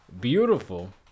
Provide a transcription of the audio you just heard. beautiful